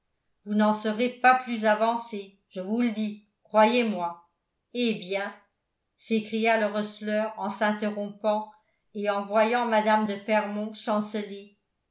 vous n'en serez pas plus avancée je vous le dis croyez-moi eh bien s'écria le receleur en s'interrompant et en voyant mme de fermont chanceler